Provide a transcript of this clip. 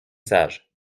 sage